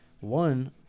one